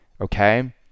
okay